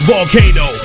Volcano